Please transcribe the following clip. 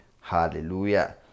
hallelujah